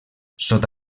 sota